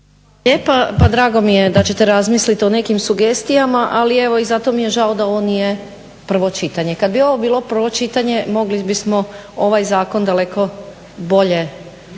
lijepa. Pa drago mi je da ćete razmisliti o nekim sugestijama, ali evo i zato mi je žao da ovo nije prvo čitanje. Kad bi ovo bilo prvo čitanje mogli bismo ovaj zakon daleko bolje